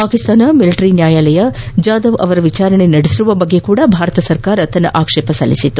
Pakistan military ನ್ನಾಯಾಲಯ ಜಾಧವ್ ಅವರ ವಿಚಾರಣೆ ನಡೆಸಿರುವ ಬಗ್ಗೆಯೂ ಭಾರತ ಆಕ್ಷೇಪ ಸಲ್ಲಿಸಿದೆ